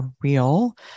Real